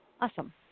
Awesome